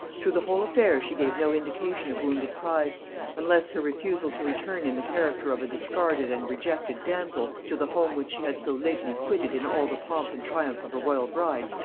through the whole affair she gave no indication of wounded pride unless her refusal to return in the character of a discarded and rejected damsel, to the home which she had so lately quitted in all the pomp and triumph of a royal bride,